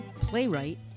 playwright